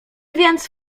więc